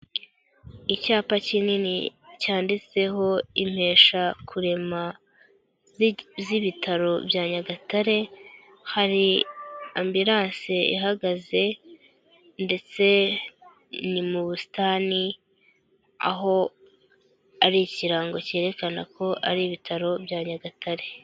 Icyapa kinini cyanditseho impesha kurema z'ibitaro bya Nyagatare, hari ambulanse ihagaze ndetse ni mu busitani aho ari ikirango cyerekana ko ari ibitaro bya Nyagatare.